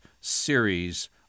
series